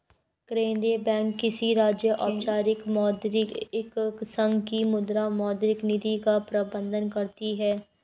केंद्रीय बैंक किसी राज्य, औपचारिक मौद्रिक संघ की मुद्रा, मौद्रिक नीति का प्रबन्धन करती है